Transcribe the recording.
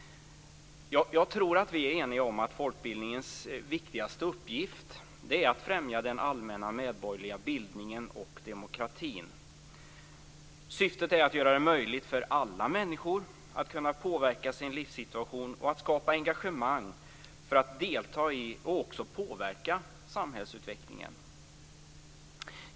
Jag tror att vi är eniga om att folkbildningens viktigaste uppgift är att främja den allmänna medborgerliga bildningen och demokratin. Syftet är att göra det möjligt för alla människor att kunna påverka sin livssituation och att skapa engagemang för att delta i och också påverka samhällsutvecklingen.